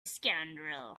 scoundrel